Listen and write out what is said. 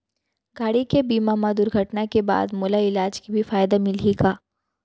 गाड़ी के बीमा मा दुर्घटना के बाद मोला इलाज के भी फायदा मिलही का?